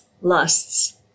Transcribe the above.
lusts